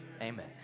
Amen